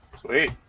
Sweet